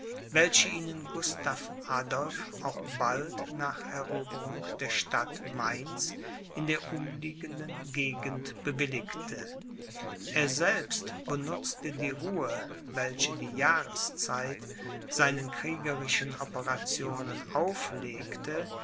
welche ihnen gustav adolph auch bald nach eroberung der stadt mainz in der umliegenden gegend bewilligte er selbst benutzte die ruhe welche die jahreszeit seinen kriegerischen operationen auflegte